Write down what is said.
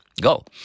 Go